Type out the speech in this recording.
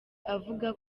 avuga